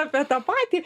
apie tą patį